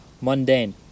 mundane